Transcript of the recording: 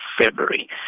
February